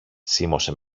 σίμωσε